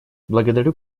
благодарю